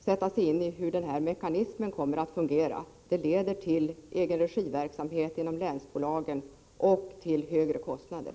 sätta sig in i hur den här mekanismen kommer att fungera. Den leder till egenregiverksamhet inom länsbolaget och till högre kostnader.